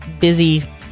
busy